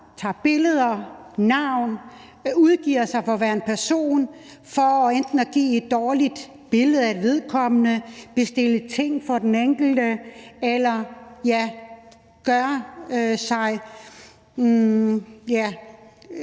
tager billeder og navn og udgiver sig for at være en person for enten at give et dårligt billede af vedkommende, bestille ting i vedkommendes navn eller gøre sig